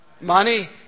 Money